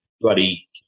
bloody